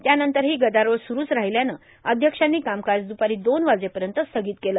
त्यानंतरहो गदारोळ सुरूच र्राहल्यानं अध्यक्षांनी कामकाज दुपारो दोन वाजेयत स्थागत केलं